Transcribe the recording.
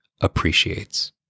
appreciates